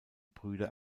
brüder